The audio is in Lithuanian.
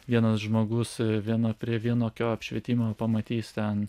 vienas žmogus viena prie vienokio apšvietimo pamatys ten